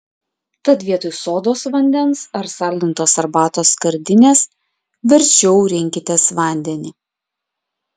tad vietoj sodos vandens ar saldintos arbatos skardinės verčiau rinkitės vandenį